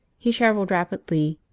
he travelled rapidly,